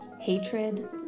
hatred